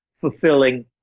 fulfilling